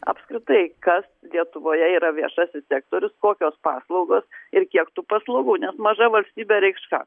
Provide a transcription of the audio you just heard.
apskritai kas lietuvoje yra viešasis sektorius kokios paslaugos ir kiek tų paslaugų nes maža valstybė reikš ką